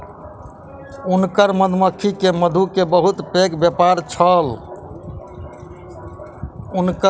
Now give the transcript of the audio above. हुनकर मधुमक्खी के मधु के बहुत पैघ व्यापार छल